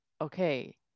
okay